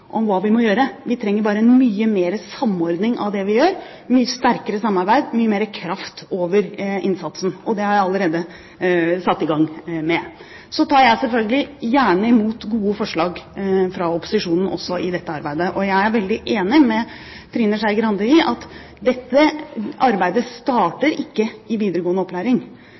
om hva vi må gjøre. Vi trenger bare mye mer samordning av det vi gjør, mye sterkere samarbeid og mye mer kraft over innsatsen. Og det har jeg allerede satt i gang med. Så tar jeg selvfølgelig gjerne imot gode forslag fra opposisjonen også. Jeg er veldig enig med Trine Skei Grande i at dette arbeidet starter ikke i videregående opplæring.